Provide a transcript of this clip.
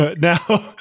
Now